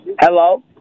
Hello